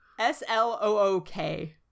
S-L-O-O-K